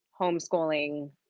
homeschooling